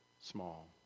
small